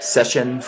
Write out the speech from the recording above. Session